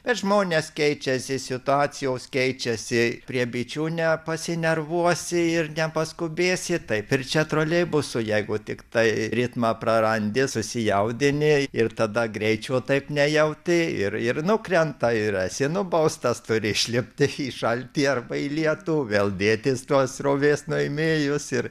bet žmonės keičiasi situacijos keičiasi prie bičių ne pas ją nervuosiesi ir nepaskubėsi taip ir čia troleibusų jeigu tiktai ritmą prarandi susijaudini ir tada greičio taip nejauti ir ir nukrenta ir esi nubaustas turi išlipti į šaltį arba į lietuvą vėl dėtis tos srovės nuėmėjus ir